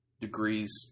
Degrees